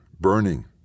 burning